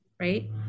right